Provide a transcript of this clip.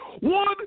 One